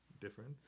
different